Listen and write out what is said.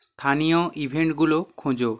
স্থানীয় ইভেন্টগুলো খোঁজো